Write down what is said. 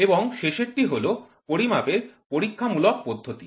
এবং শেষরটি হল পরিমাপের পরীক্ষামূলক পদ্ধতি